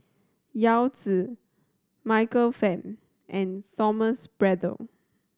Yao Zi Michael Fam and Thomas Braddell